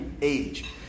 age